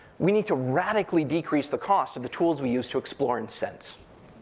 we need to radically decrease the cost of the tools we use to explore and sense.